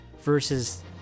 versus